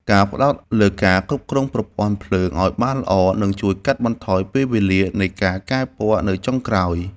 ការផ្ដោតលើការគ្រប់គ្រងប្រព័ន្ធភ្លើងឱ្យបានល្អនឹងជួយកាត់បន្ថយពេលវេលានៃការកែពណ៌នៅចុងក្រោយ។